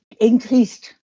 increased